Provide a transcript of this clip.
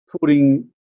putting